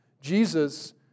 Jesus